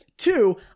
Two